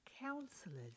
counselors